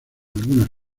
algunas